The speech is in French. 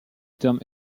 terme